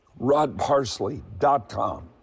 rodparsley.com